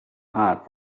hot